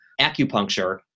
acupuncture